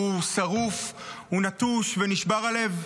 הוא שרוף, הוא נטוש ונשבר הלב.